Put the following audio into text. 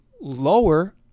lower